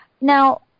Now